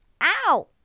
Ow